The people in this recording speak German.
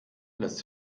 lässt